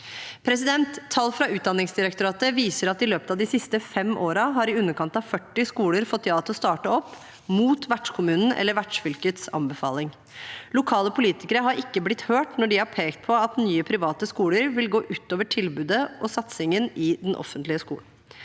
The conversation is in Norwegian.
Tall fra Utdanningsdirektoratet viser at i løpet av de siste fem årene har i underkant av 40 skoler fått ja til å starte opp mot vertskommunens eller vertsfylkets anbefaling. Lokale politikere har ikke blitt hørt når de har pekt på at nye private skoler vil gå ut over tilbudet og satsingen i den offentlige skolen.